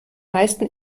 meisten